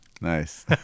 Nice